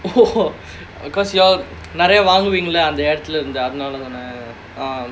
!whoa! !whoa! because you all நிறைய வாங்குவீங்கள அந்த நேரத்துல:niraiya vanguveengala andha nerathula